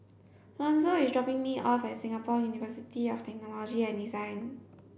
Lonzo is dropping me off at Singapore University of Technology and Design